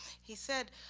he said,